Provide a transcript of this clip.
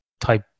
type